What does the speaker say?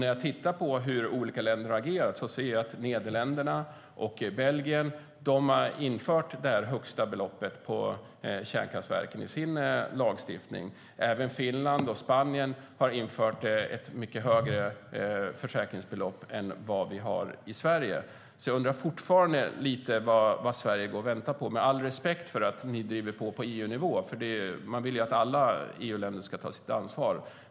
När jag tittar på hur olika länder agerat ser jag att Nederländerna och Belgien infört det högsta beloppet på kärnkraftverken i sin lagstiftning. Även Finland och Spanien har infört ett mycket högre försäkringsbelopp än vad vi har i Sverige.Jag undrar fortfarande vad Sverige går och väntar på. Jag har all respekt för att ni driver på på EU-nivå; man vill ju att alla EU-länder ska ta sitt ansvar.